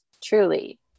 truly